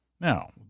Now